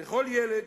בכל ילד,